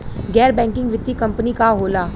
गैर बैकिंग वित्तीय कंपनी का होला?